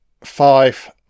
Five